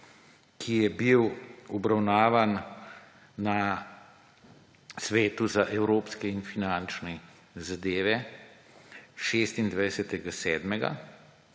ki je bil obravnavan na Svetu za evropske in finančne zadeve 26.